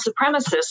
supremacists